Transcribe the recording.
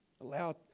Allow